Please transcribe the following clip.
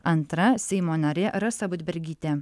antra seimo narė rasa budbergytė